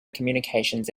communications